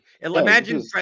imagine